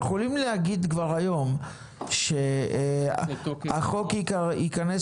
אנחנו יכולים להגיד כבר היום שהחוק ייכנס